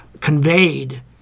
conveyed